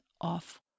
off